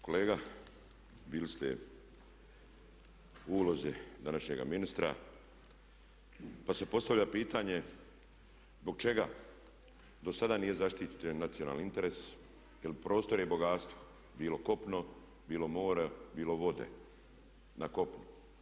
Kolega, bili ste u ulozi do našega ministra pa se postavlja pitanje zbog čega do sada nije zaštićen nacionalni interes jer prostor je bogatstvo, bilo kopno bilo more bilo vode na kopnu.